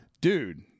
Dude